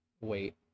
wait